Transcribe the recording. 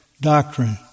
Doctrine